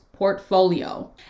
Portfolio